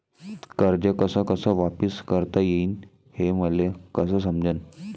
कर्ज कस कस वापिस करता येईन, हे मले कस समजनं?